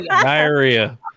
Diarrhea